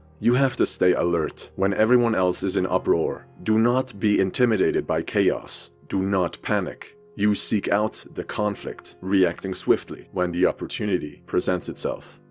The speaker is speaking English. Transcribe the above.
you have to stay alert, when everyone else is in uproar. do not be intimidated by chaos. do not panic. you seek out the conflict reacting swiftly, when the opportunity presents itself.